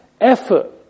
effort